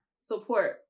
support